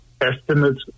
estimates